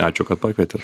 ačiū kad pakvietėt